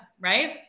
Right